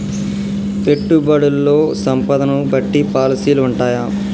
పెట్టుబడుల్లో సంపదను బట్టి పాలసీలు ఉంటయా?